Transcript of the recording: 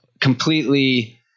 completely